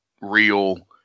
real